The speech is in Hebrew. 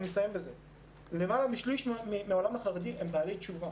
אם למעלה משליש מן העולם החרדי זה בעלי תשובה